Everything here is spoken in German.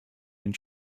den